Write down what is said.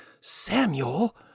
Samuel